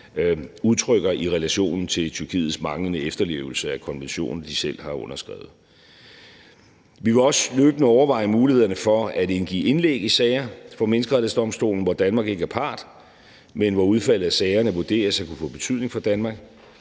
udtrykker i relation til Tyrkiets manglende efterlevelse af konventioner, de selv har underskrevet. Vi vil også løbende overveje mulighederne for at indgive indlæg i sager for Menneskerettighedsdomstolen, hvor Danmark ikke er part, men hvor udfaldet af sagerne vurderes at kunne få betydning for Danmark.